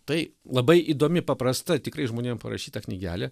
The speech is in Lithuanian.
tai labai įdomi paprasta tikrai žmonėm parašyta knygelė